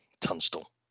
Tunstall